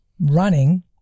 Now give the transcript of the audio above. running